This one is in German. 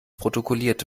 protokolliert